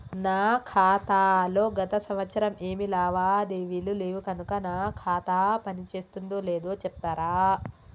నా ఖాతా లో గత సంవత్సరం ఏమి లావాదేవీలు లేవు కనుక నా ఖాతా పని చేస్తుందో లేదో చెప్తరా?